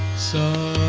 so